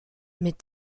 mit